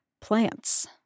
plants